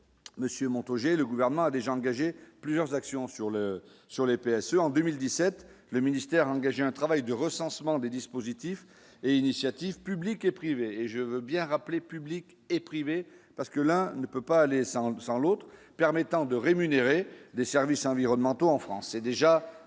Monsieur moto G : le gouvernement a déjà engagé plusieurs actions sur le sur le PSE en 2017, le ministère a engagé un travail de recensement des dispositifs et initiatives publiques et privées, et je veux bien rappeler, publics et privés, parce que là on ne peut pas aller sans le sans l'autre, permettant de rémunérer des services environnementaux en France, c'est déjà,